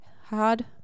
hard